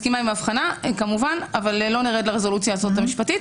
מסכימה עם האבחנה אך לא נרד לרזולוציה הזאת המשפטית.